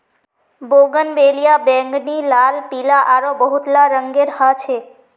bougainvillea बैंगनी, लाल, पीला आरो बहुतला रंगेर ह छे